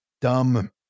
dumb